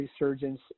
resurgence